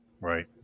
right